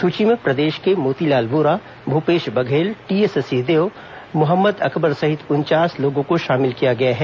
सूची में प्रदेश के मोतीलाल वोरा भूपेश बघेल टीएस सिंहदेव मोहम्मद अकबर सहित उनचास लोगों को शामिल किया गया है